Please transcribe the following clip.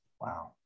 Wow